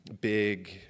big